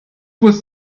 was